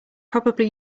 probably